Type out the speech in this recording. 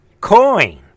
coin